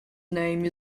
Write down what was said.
name